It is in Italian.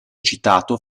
citato